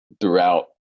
throughout